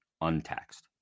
untaxed